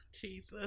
Jesus